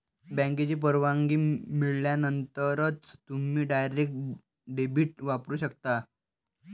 बँकेची परवानगी मिळाल्यानंतरच तुम्ही डायरेक्ट डेबिट वापरू शकता